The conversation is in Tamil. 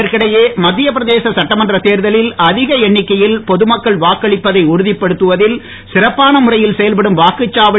இதற்கிடையே மத்தியப் பிரதேச சட்டமன்றத் தேர் தலில் அதிக எண்ணிக்கையில் பொ துமக்கள் வாக்களிப்பதை உறுதிப் படுத்துவதில் சிறப்பான முறையில் செயல்படும் வாக்குச்சாவடி